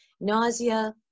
nausea